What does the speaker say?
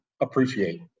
appreciate